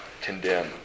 condemn